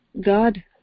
God